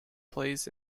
plays